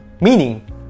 meaning